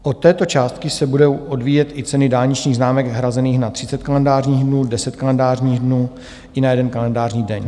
Od této částky se budou odvíjet i ceny dálničních známek hrazených na 30 kalendářních dnů, 10 kalendářních dnů i na jeden kalendářní daň.